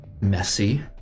messy